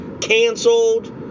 canceled